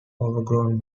overgrown